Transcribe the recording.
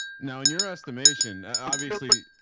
now in your estimation, obviously,